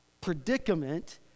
predicament